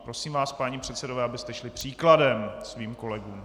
Prosím vás, páni předsedové, abyste šli příkladem svým kolegům.